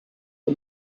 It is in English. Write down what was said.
are